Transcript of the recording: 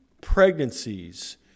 pregnancies